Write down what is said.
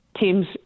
teams